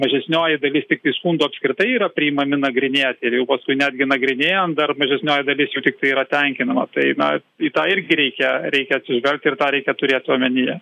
mažesnioji dalis tiktai skundų apskritai yra priimami nagrinėti ir jau paskui netgi nagrinėjant dar mažesnioji dalis tiktai yra tenkinama tai na į tą irgi reikia reikia atsižvelgt ir tą reikia turėt omenyje